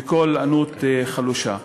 בקול ענות חלושה.